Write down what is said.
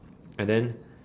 and then